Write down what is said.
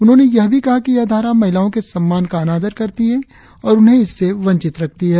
उन्होंने यह भी कहा कि यह धारा महिलाओं के सम्मान का अनादर करती है और उन्हें इससे वंचित रखती है